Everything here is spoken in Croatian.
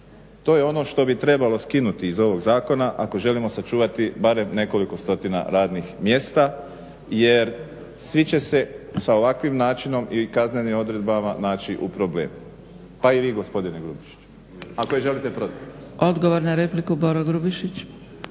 To je ono što bi trebalo skinuti iz ovog zakona ako želimo sačuvati barem nekoliko stotina radnih mjesta jer svi će se sa ovakvim načinom i kaznenim odredbama naći u problemu. Pa i vi gospodine Grubišiću ako je želite prodati. **Zgrebec, Dragica